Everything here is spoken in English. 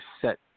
set